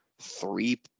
three